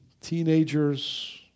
teenagers